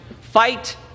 fight